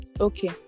okay